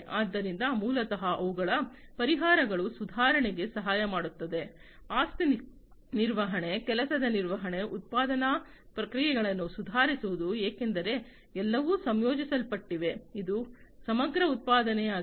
ಆದ್ದರಿಂದ ಮೂಲತಃ ಅವುಗಳ ಪರಿಹಾರಗಳು ಸುಧಾರಣೆಗೆ ಸಹಾಯ ಮಾಡುತ್ತದೆ ಆಸ್ತಿ ನಿರ್ವಹಣೆ ಕೆಲಸದ ನಿರ್ವಹಣೆ ಉತ್ಪಾದನಾ ಪ್ರಕ್ರಿಯೆಗಳನ್ನು ಸುಧಾರಿಸುವುದು ಏಕೆಂದರೆ ಎಲ್ಲವೂ ಸಂಯೋಜಿಸಲ್ಪಟ್ಟಿದೆ ಇದು ಸಮಗ್ರ ಉತ್ಪಾದನೆ ಆಗಿದೆ